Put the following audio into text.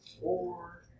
four